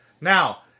now